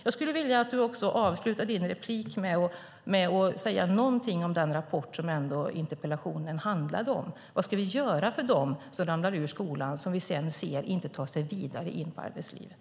Jag skulle vilja att du avslutar ditt inlägg med att säga någonting om den rapport som interpellationen handlade om. Vad ska vi göra för dem som ramlar ur skolan och som vi sedan ser inte tar sig vidare in i arbetslivet?